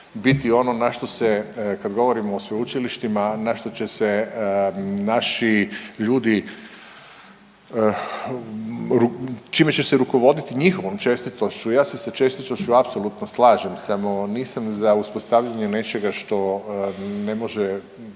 biti ono na što se kad govorimo o sveučilištima, na što će se naši ljudi, čime će se rukovoditi njihovom čestitošću. Ja se sa čestitošću apsolutno slažem samo nisam za uspostavljanje nečega što ne može